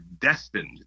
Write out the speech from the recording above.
destined